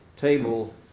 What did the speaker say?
table